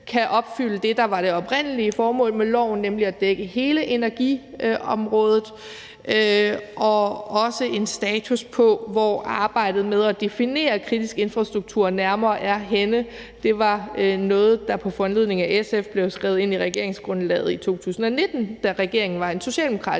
kan opfylde det, der var det oprindelige formål med loven, nemlig at dække hele energiområdet, og også få en status på, hvor arbejdet med at definere kritisk infrastruktur nærmere er henne. Det var noget, der på foranledning af SF blev skrevet ind i regeringsgrundlaget i 2019, da regeringen var en socialdemokratisk